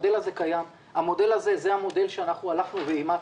זה המודל שאנחנו אימצנו,